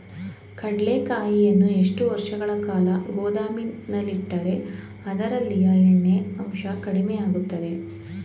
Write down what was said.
ಕಡ್ಲೆಕಾಯಿಯನ್ನು ಎಷ್ಟು ವರ್ಷಗಳ ಕಾಲ ಗೋದಾಮಿನಲ್ಲಿಟ್ಟರೆ ಅದರಲ್ಲಿಯ ಎಣ್ಣೆ ಅಂಶ ಕಡಿಮೆ ಆಗುತ್ತದೆ?